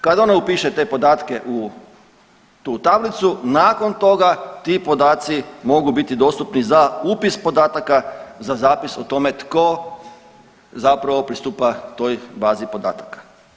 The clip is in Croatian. Kad ona upiše te podatke u tu tablicu nakon toga ti podaci mogu biti dostupni za upis podataka za zapis o tome tko zapravo pristupa toj bazi podataka.